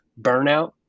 burnout